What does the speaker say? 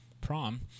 prom